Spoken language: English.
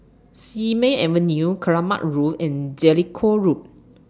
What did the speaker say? Simei Avenue Keramat Road and Jellicoe Road